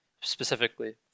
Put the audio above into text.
specifically